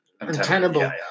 untenable